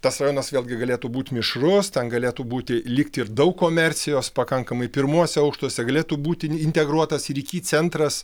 tas rajonas vėlgi galėtų būti mišrus ten galėtų būti likti ir daug komercijos pakankamai pirmuose aukštuose galėtų būti integruotas ir iki centras